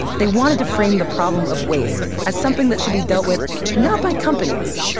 they wanted to frame the problem of waste as something that should be dealt with not by companies,